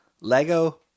Lego